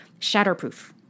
shatterproof